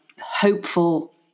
hopeful